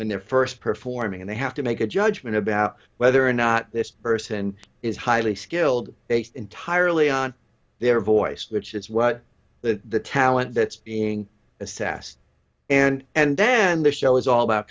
when they're first performing and they have to make a judgment about whether or not this person is highly skilled based entirely on their voice which is what the talent that's being assessed and and then the show is all about